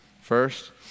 First